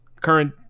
Current